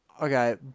Okay